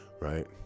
right